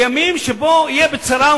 לימים שיהיה בצרה,